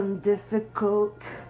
difficult